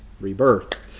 rebirth